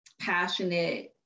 passionate